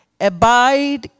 abide